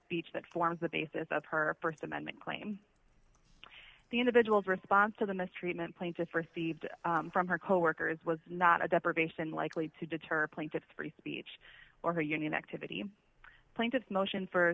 beach that forms the basis of her st amendment claim the individual's response to the mistreatment plaintiff or thieved from her coworkers was not a deprivation likely to deter plaintiffs free speech or her union activity plaintiff motion for